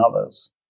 others